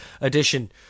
edition